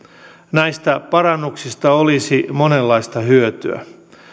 näistä parannuksista olisi monenlaista hyötyä